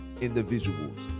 individuals